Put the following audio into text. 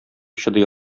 чыдый